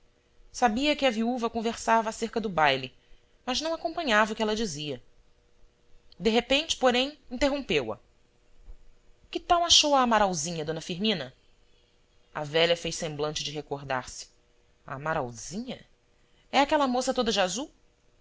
sabia que a viúva conversava acerca do baile mas não acompanhava o que ela dizia de repente porém interrompeu a que tal achou a amaralzinha d firmina a velha fez semblante de recordar-se a amaralzinha é aquela moça toda de azul